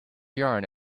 yarn